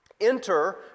Enter